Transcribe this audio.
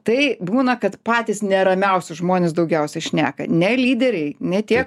tai būna kad patys neramiausi žmuonės daugiausiai šneka ne lyderiai ne tie